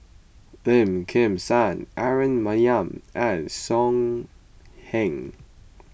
Lim Kim San Aaron Maniam and So Heng